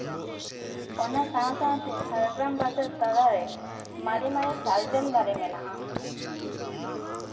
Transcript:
ᱚᱱᱟ ᱥᱟᱶ ᱥᱟᱶᱛᱮ ᱡᱷᱟᱲᱜᱨᱟᱢ ᱵᱟᱡᱟᱨ ᱛᱟᱞᱟᱨᱮ ᱢᱟᱨᱮ ᱢᱟᱨᱮ ᱥᱟᱨᱡᱚᱢ ᱫᱟᱨᱮ ᱢᱮᱱᱟᱜᱼᱟ